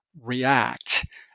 react